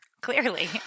clearly